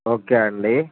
okay అండి